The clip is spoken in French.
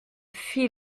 fit